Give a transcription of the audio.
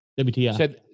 WTI